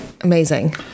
Amazing